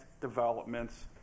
developments